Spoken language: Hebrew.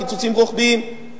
קיצוצים רוחביים.